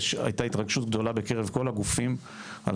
הייתה התרגשות גדולה בקרב כל הגופים על